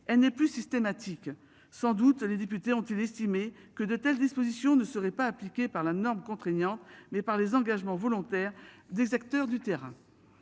elle n'est plus systématique. Sans doute. Les députés ont-ils estimé que de telles dispositions ne serait pas appliquée par la norme contraignante mais par les engagements volontaires des acteurs du terrain.